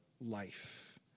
life